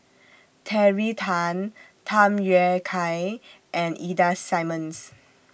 Terry Tan Tham Yui Kai and Ida Simmons